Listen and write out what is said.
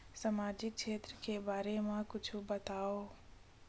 सामाजिक क्षेत्र के बारे मा कुछु बतावव?